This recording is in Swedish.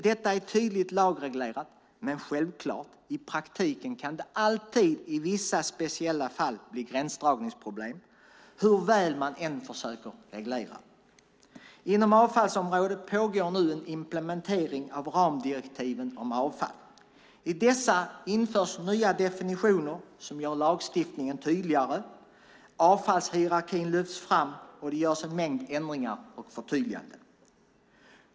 Detta är tydligt lagreglerat, men självklart i praktiken kan det alltid i vissa speciella fall bli gränsdragningsproblem hur väl man än försöker reglera. Inom avfallsområdet pågår nu en implementering av ramdirektiven om avfall. I dessa införs nya definitioner som gör lagstiftningen tydligare, avfallshierarkin lyfts fram och det görs en mängd ändringar och förtydliganden.